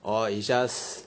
orh is just